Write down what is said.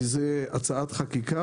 כי זו הצעת חקיקה,